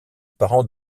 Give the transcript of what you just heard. parents